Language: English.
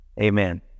Amen